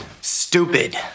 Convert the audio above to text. Stupid